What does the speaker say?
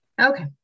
okay